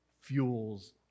fuels